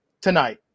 tonight